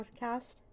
podcast